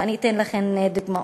ואתן לכם דוגמאות.